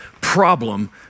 problem